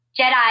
Jedi